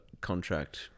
contract